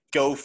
go